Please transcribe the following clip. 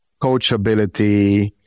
coachability